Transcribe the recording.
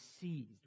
seized